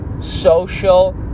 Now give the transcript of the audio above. social